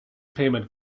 payment